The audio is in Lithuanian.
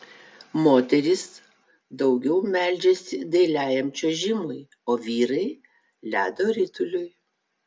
moterys daugiau meldžiasi dailiajam čiuožimui o vyrai ledo rituliui